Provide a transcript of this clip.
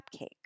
cupcake